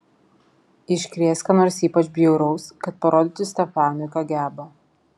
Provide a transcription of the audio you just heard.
iškrės ką nors ypač bjauraus kad parodytų stefanui ką geba